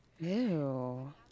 Ew